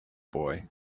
boy